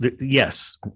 yes